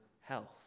health